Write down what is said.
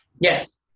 Yes